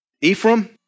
Ephraim